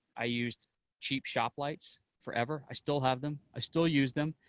i used cheap shop lights forever. i still have them, i still use them,